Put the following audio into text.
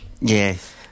yes